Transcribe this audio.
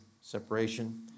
separation